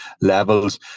levels